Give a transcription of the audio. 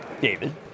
David